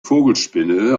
vogelspinne